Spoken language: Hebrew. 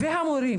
והמורים.